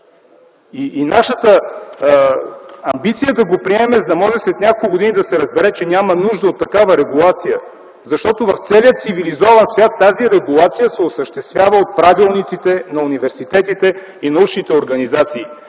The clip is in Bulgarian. Нашата амбиция е да го приемем, за да може след няколко години да се разбере, че няма нужда от такава регулация, защото в целия цивилизован свят тази регулация се осъществява от правилниците на университетите и научните организации.